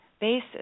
basis